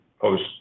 post